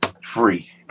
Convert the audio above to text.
free